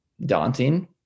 daunting